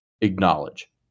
acknowledge